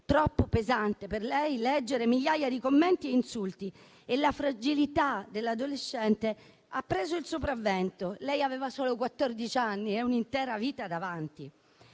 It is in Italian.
Troppo pesante per lei leggere migliaia di commenti e insulti e la fragilità dell'adolescente ha preso il sopravvento. Lei aveva solo quattordici anni e un'intera vita davanti.